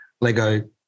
Lego